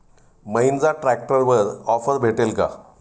महिंद्रा ट्रॅक्टरवर ऑफर भेटेल का?